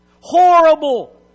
horrible